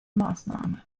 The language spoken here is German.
maßnahme